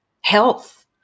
health